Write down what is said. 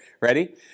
Ready